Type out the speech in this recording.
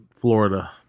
Florida